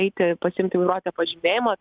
eiti pasiimti vairuotojo pažymėjimo